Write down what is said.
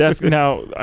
Now